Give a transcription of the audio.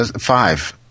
five